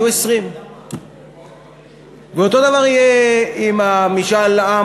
יהיו 20. ואותו דבר יהיה עם משאל העם